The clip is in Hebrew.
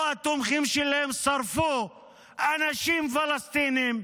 או שהתומכים שלהם שרפו אנשים פלסטינים,